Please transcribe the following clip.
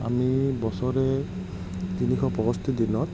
আমি বছৰে তিনিশ পয়ষষ্ঠি দিনত